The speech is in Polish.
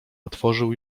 otworzył